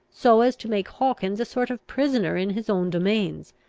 so as to make hawkins a sort of prisoner in his own domains,